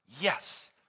Yes